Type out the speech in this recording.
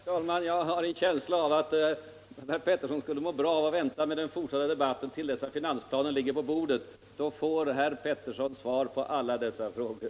Herr talman! Jag har en känsla av att herr Peterson i Nacka skulle må bra av att vänta med den fortsatta debatten tills finansplanen ligger på bordet. Då kan herr Peterson få svar på alla sina frågor.